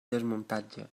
desmuntatge